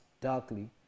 darkly